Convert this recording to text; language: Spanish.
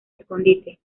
escondite